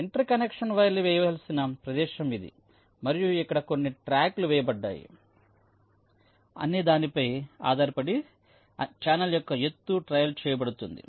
inter connection వైర్లు వేయవలసిన ప్రదేశం ఇది మరియు ఇక్కడ ఎన్ని ట్రాక్లు వేయబడతాయి అనేదానిపై ఆధారపడి ఛానెల్ యొక్క ఎత్తు ట్రయల్ చేయబడుతుంది